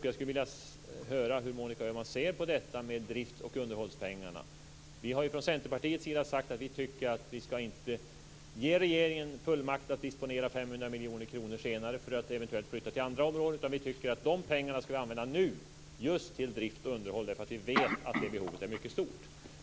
Jag skulle vilja höra hur Monica Öhman ser på detta med drift och underhållspengarna. Från Centerpartit har vi sagt att vi inte vill ge regeringen fullmakt att disponera 500 miljoner kronor senare för att eventuellt flyttas till andra områden. Vi tycker att dessa pengar skall användas nu just till drift och underhåll, eftersom vi vet att behovet är mycket stort.